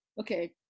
Okay